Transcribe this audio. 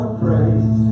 praise